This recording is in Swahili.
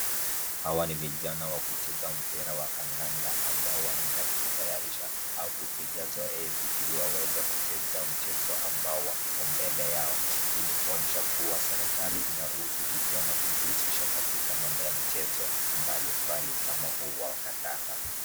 Hawa ni vijana wa kucheza mpira wa kandanda ambao wanaelendelea kujitayarisha au kupiga zoezi ili waweze kucheza mchezo ambao uko mbele yao, hii ni kuonyesha kuwa serikali inaruhusu vijana kujiuzisha katika mambo ya michezo mbalimbali kama huu wa kandanda .